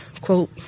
quote